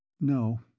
No